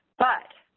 but,